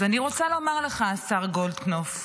אז השר גולדקנופ,